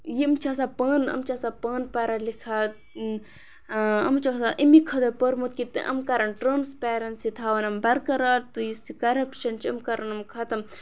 یِم چھِ آسان پانہٕ یِم چھِ آسان پانہٕ پَرا لِکھا یِمو چھِ آسان اَمے خٲطرٕ پوٚرمُت کہِ یِم کَرَن ٹرٛانسپیرَنسی تھاوَن یِم بَرقرار تہٕ یُس تہِ کَرپشَن چھِ یِم کَرَن یِم ختم